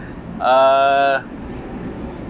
err